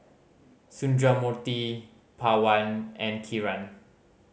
Sundramoorthy Pawan and Kiran